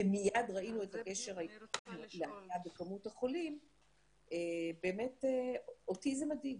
מיד ראינו את הקשר לעלייה בכמות החולים ואותי זה מדאיג.